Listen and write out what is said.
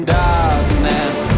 darkness